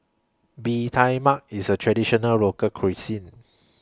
Bee Tai Mak IS A Traditional Local Cuisine